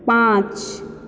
पाँच